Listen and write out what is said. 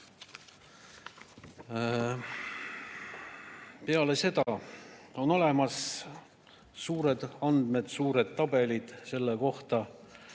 Peale seda on olemas andmed, suured tabelid selle kohta,